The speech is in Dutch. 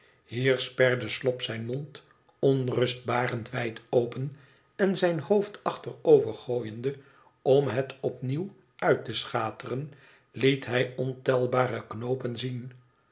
sperde slop zijn mond onrustbarend wijd open en zijn hoofd achterovergooiende om het opnieuw uit te schateren liet hij ontelbare knoopen zien